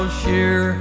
sheer